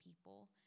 people